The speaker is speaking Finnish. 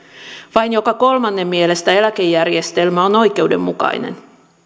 vain joka kolmannen mielestä eläkejärjestelmä on oikeudenmukainen